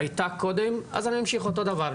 שהיתה קודם, אז אני אמשיך אותו דבר.